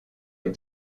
est